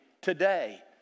today